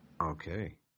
Okay